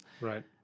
Right